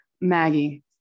Maggie